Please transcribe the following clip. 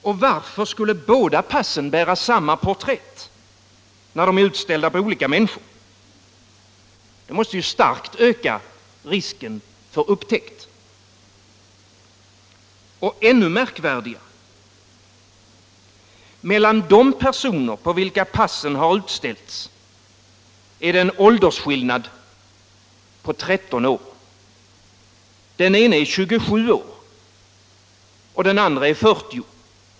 Och varför skulle båda passen bära samma porträtt, när de är utställda på olika människor? Det måste ju starkt öka risken för upptäckt. Men ännu märkvärdigare är, att mellan de personer på vilka passen utställts är det en åldersskillnad på 13 år. Den ene är 27 och den andre 40 år.